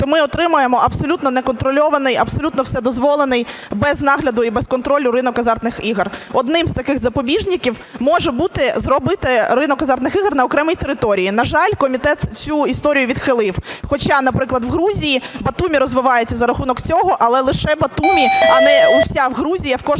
то ми отримаємо абсолютно неконтрольований, абсолютно вседозволений, без нагляду і без контролю ринок азартних ігор. Одним із таких запобіжників може бути зробити ринок азартних ігор на окремій території. На жаль, комітет цю історію відхилив. Хоча, наприклад, в Грузії Батумі розвивається за рахунок цього, але лише Батумі, а не вся Грузія в кожному